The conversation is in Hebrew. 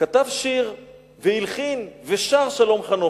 כתב שיר והלחין, ושר, שלום חנוך.